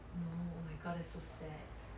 no oh my god that's so sad